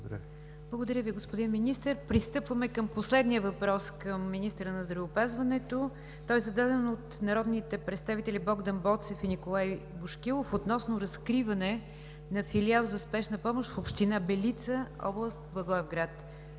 Благодаря Ви, господин Министър. Пристъпваме към последния въпрос към министъра на здравеопазването. Той е зададен от народните представители Богдан Боцев и Николай Бошкилов относно разкриване на филиал за спешна помощ в община Белица, област Благоевград.